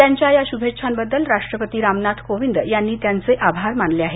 त्यांच्या या शुभेच्छांबद्दल राष्ट्रपती रामनाथ कोविंद यांनी त्यांचे आभार मानले आहेत